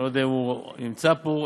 אני לא יודע אם הוא נמצא פה.